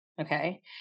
Okay